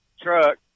truck